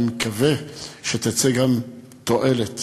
אני מקווה שתצא גם תועלת.